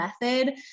method